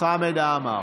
חמד עמאר.